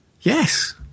yes